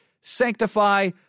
sanctify